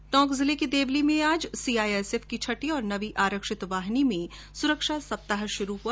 टोंक जिले के देवली में आज सीआईएसएफ की छठी और नवीं आरक्षित वाहिनी में सुरक्षा सप्ताह शुरू हुआ